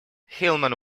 hillman